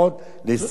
ל-24 שעות.